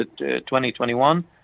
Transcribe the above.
2021